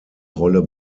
rolle